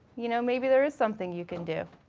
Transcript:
you know, maybe there is something you can do.